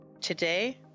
Today